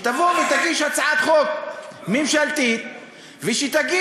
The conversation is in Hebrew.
שתבוא ותגיש הצעת חוק ממשלתית ושתגיד: